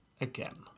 again